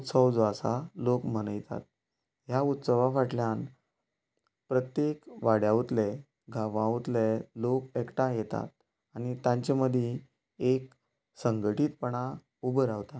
उत्सव जो आसा लोक मनयतात ह्या उत्सवा फाटल्यान प्रत्येक वाड्याउतले गांवाउतले लोक एकटांय येतात आनी तांचे मदी एक संघटीतपणां उबो रावता